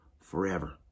forever